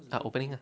ah opening ah